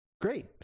great